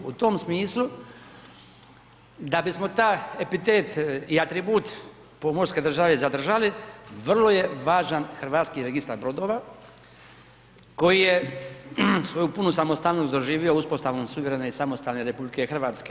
U tom smislu da bismo taj epitet i atribut pomorske države zadržali vrlo je važan Hrvatski registar brodova koji je svoju punu samostalnost doživio uspostavom suverene i samostalne RH.